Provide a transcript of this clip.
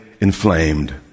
inflamed